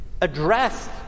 addressed